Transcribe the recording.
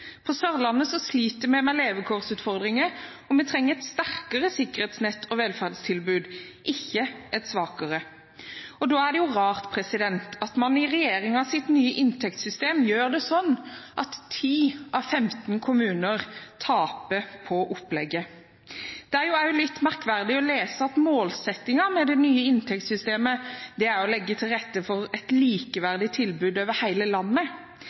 På Sørlandet sliter vi med levekårsutfordringer, og vi trenger et sterkere sikkerhetsnett og velferdstilbud, ikke et svakere. Da er det rart at man i regjeringens nye inntektssystem gjør det slik at 10 av 15 kommuner taper på opplegget. Det er også litt merkverdig å lese at målsettingen med det nye inntektssystemet er å legge til rette for et likeverdig tilbud over hele landet.